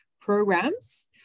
programs